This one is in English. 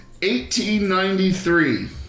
1893